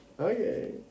okay